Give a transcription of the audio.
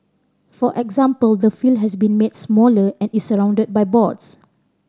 for example the has been made smaller and is surrounded by boards